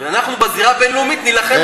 ואנחנו בזירה הבין-לאומית נילחם על זה.